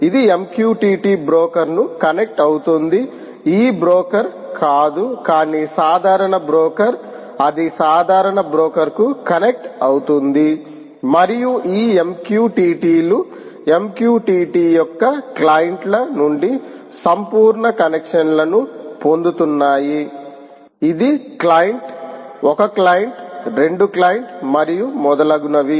ఇది MQTT broker కు connect అవుతోంది ఈ బ్రోకర్ కాదు కానీ సాధారణ బ్రోకర్ అది సాధారణ బ్రోకర్ కు కనెక్ట్ అవుతుంది మరియు ఈ MQTT లు MQTT యొక్క క్లయింట్ల నుండి సంపూర్ణ కనెక్షన్లను పొందుతున్నాయి ఇది క్లయింట్ 1 క్లయింట్ 2 క్లయింట్ మరియు మొదలగునవి